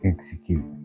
Execute